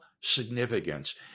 significance